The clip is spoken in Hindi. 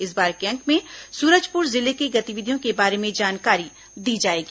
इस बार के अंक में सूरजपुर जिले की गतिविधियों के बारे में जानकारी दी जाएगी